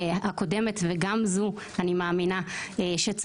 הקודמת ואני מאמינה שגם זאת,